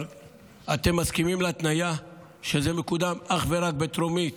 אתם מסכימים להתניה שזה מקודם אך ורק בטרומית,